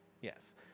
Yes